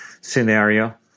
scenario